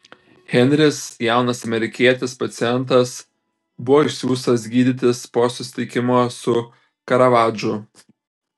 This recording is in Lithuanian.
henris jaunas amerikietis pacientas buvo išsiųstas gydytis po susitikimo su karavadžu